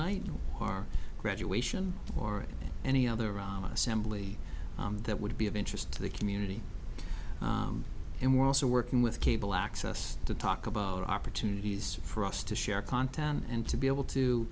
night our graduation or any other around assembly that would be of interest to the community and we're also working with cable access to talk about opportunities for us to share content and to be able to